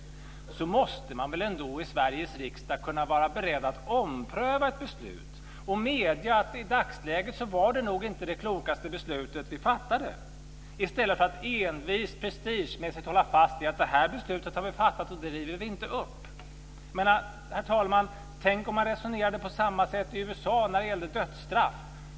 Då måste man väl ändå i Sveriges riksdag kunna vara beredd att ompröva ett beslut och medge att det i dagsläget nog inte var det klokaste beslutet vi fattade, i stället för att envist och prestigefyllt hålla fast vid detta och säga: Det här beslutet har vi fattat, och det river vi inte upp. Herr talman! Tänk om man resonerade på samma sätt i USA när det gällde dödsstraff!